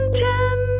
ten